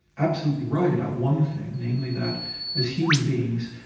absolutely right about one thing, namely that as human beings,